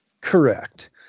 Correct